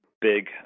big